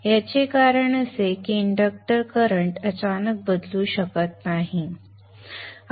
याचे कारण असे की इंडक्टर करंट अचानक बदलू शकत नाही